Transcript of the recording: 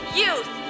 youth